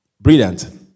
Brilliant